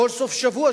כל סוף-שבוע,